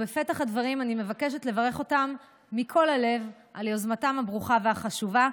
בפתח הדברים אני מבקשת לברך אותם מכל הלב על יוזמתם הברוכה והחשובה.